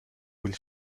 will